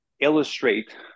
illustrate